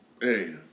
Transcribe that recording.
hey